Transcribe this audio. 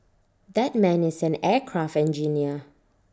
that man is an aircraft engineer